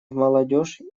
молодежь